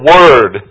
Word